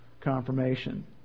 confirmation